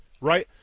right